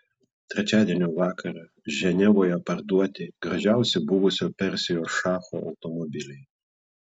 trečiadienio vakarą ženevoje parduoti gražiausi buvusio persijos šacho automobiliai